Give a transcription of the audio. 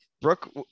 Brooke